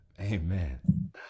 Amen